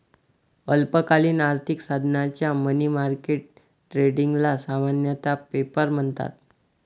अल्पकालीन आर्थिक साधनांच्या मनी मार्केट ट्रेडिंगला सामान्यतः पेपर म्हणतात